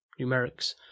numerics